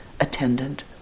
attendant